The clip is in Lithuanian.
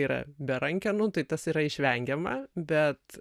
yra be rankenų tai tas yra išvengiama bet